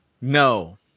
No